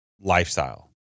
lifestyle